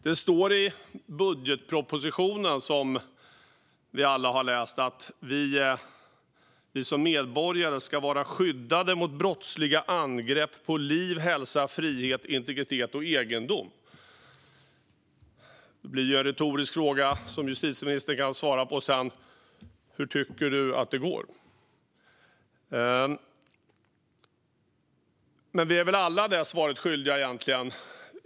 Det står i budgetpropositionen, som vi alla har läst, att vi som medborgare ska vara skyddade mot brottsliga angrepp på liv, hälsa, frihet, integritet och egendom. Då blir ju en retorisk fråga, som justitieministern kan svara på senare: Hur tycker du att det går? Men vi är väl egentligen alla det svaret skyldiga.